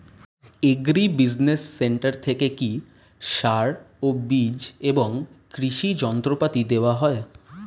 Agri business centre থেকে কি সার ও বিজ এবং কৃষি যন্ত্র পাতি দেওয়া হয়?